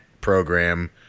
program